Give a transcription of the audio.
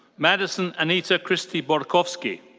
maddison anita christie borkowski.